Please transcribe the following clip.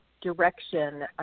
direction